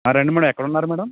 రండి మ్యాడమ్ ఎక్కడున్నారు మ్యాడమ్